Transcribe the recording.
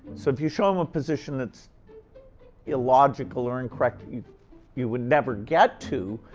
so if you show them a position that's illogical or incorrect, you you would never get to,